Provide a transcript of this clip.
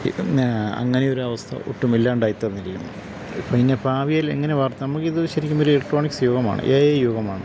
അങ്ങനെയൊരു അവസ്ഥ ഒട്ടുമില്ലാണ്ടായിത്തീര്ന്നിരിക്കുന്നു ഇപ്പോള് പിന്നെ ഭാവിയിലെങ്ങനെ വാർത്ത നമുക്കിതു ശരിക്കുമൊരു ഇലക്ട്രോണിക്സ് യുഗമാണ് എ ഐ യുഗമാണ്